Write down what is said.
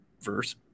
verse